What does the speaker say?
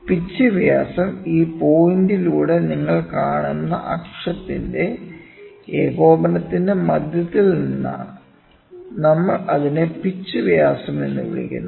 pitch വ്യാസം ഈ പോയിന്റിലൂടെ നിങ്ങൾ കാണുന്ന അക്ഷത്തിന്റെ ഏകോപത്തിന്റെ മധ്യത്തിൽ നിന്നാണ് നമ്മൾ അതിനെ പിച്ച് വ്യാസം എന്ന് വിളിക്കുന്നു